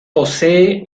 posee